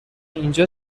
اینجا